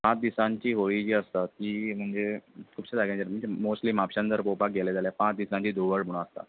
पांच दिसांची होळी जी आसता ती म्हणजे खुबशां जाग्यांचेर म्हणजे मोस्टली म्हापशांन जर पोवपाक गेलें जाल्या पांच दिसांची धुळवट म्हणून आसता